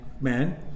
Man